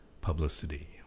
publicity